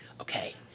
okay